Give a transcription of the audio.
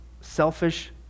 selfish